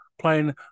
playing